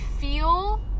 feel